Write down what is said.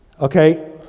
okay